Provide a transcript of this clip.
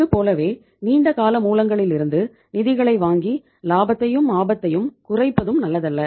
இதுபோலவே நீண்டகால மூலங்களிலிருந்து நிதிகளை வாங்கி லாபத்தையும் ஆபத்தையும் குறைப்பதும் நல்லதல்ல